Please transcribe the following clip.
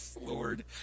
Lord